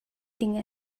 ding